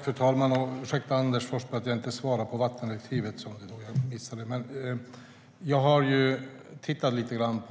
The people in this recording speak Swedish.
Fru talman! Ursäkta, Anders Forsberg, för att jag inte svarade på frågan om vattendirektivet. Jag har lite grann